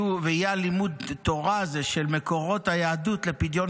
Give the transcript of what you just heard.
ולימוד התורה הזה של מקורות היהדות לפדיון